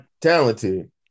talented